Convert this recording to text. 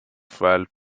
fell